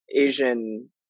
Asian